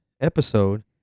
episode